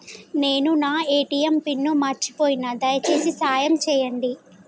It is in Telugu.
నేను నా ఏ.టీ.ఎం పిన్ను మర్చిపోయిన, దయచేసి సాయం చేయండి